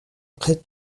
près